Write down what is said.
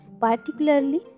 particularly